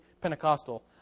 Pentecostal